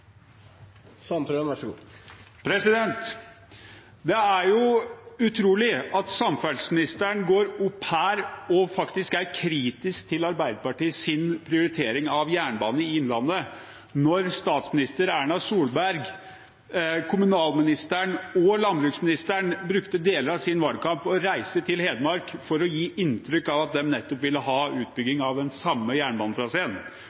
at samferdselsministeren går opp her og er kritisk til Arbeiderpartiets prioritering av jernbanen i Innlandet, når statsminister Erna Solberg, kommunalministeren og landbruksministeren brukte deler av sin valgkamp på å reise til Hedmark for å gi inntrykk av at de ville ha